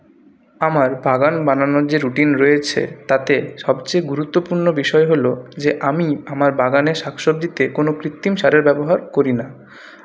আমার বাগান বানানোর যে রুটিন রয়েছে তাতে সবচেয়ে গুরুত্বপূর্ণ বিষয় হলো যে আমি আমার বাগানের শাক সবজিতে কোনো কৃত্রিম সারের ব্যবহার করি না